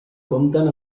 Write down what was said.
compten